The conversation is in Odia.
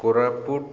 କୋରାପୁଟ